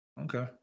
Okay